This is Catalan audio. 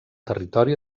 territori